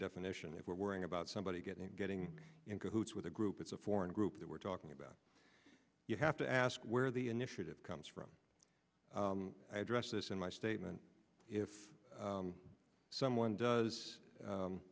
definition if we're worrying about somebody getting getting in cahoots with a group it's a foreign group that we're talking about you have to ask where the initiative comes from i address this in my statement if someone does